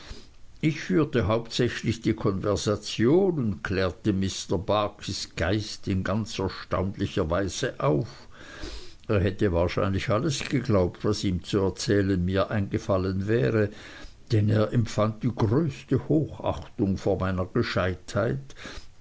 ich führte hauptsächlich die konversation und klärte mr barkis geist in ganz erstaunlicher weise auf er hätte wahrscheinlich alles geglaubt was ihm zu erzählen mir eingefallen wäre denn er empfand die größte hochachtung vor meiner